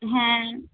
হ্যাঁ